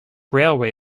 railway